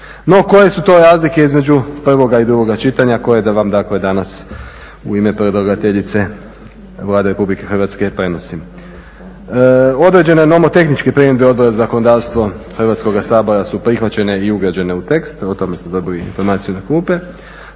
No, koje su to razlike između prvoga i drugoga čitanja kojega vam dakle danas u ime predlagateljice Vlade Republike Hrvatske prenosim. Određene nomotehničke primjedbe Odbora za zakonodavstvo Hrvatskoga sabora su prihvaćene i ugrađene u tekst. O tome ste dobili informaciju na klupe.